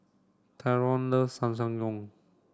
Tyron loves Samgeyopsal